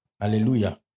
Hallelujah